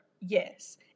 yes